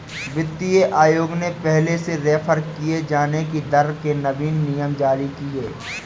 वित्तीय आयोग ने पहले से रेफेर किये जाने की दर के नवीन नियम जारी किए